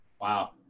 Wow